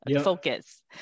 focus